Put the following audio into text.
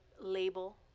label